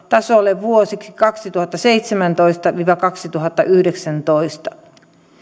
tasolle vuosiksi kaksituhattaseitsemäntoista viiva kaksituhattayhdeksäntoista